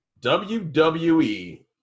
WWE